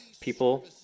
People